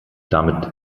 damit